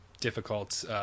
difficult